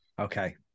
Okay